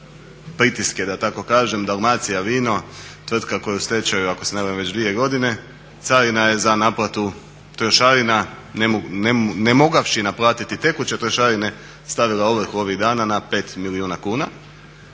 pritiske da tako kažem, Dalmacija vino tvrtka koja je u stečaju ako se ne varam već 2 godine, carina je za naplatu trošarina, ne mogavši naplatiti tekuće trošarine stavila ovrhu ovih dana na 5 milijuna kuna.